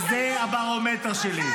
אחרי הנאום שלך --- רציתי --- וזה הברומטר שלי.